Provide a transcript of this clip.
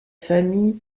famille